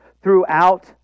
throughout